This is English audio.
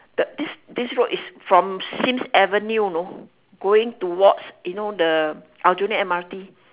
the this this road is from Sims avenue you know going towards you know the aljunied M_R_T